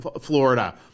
Florida